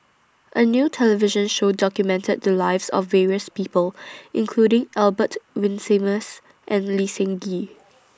A New television Show documented The Lives of various People including Albert Winsemius and Lee Seng Gee